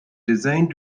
designed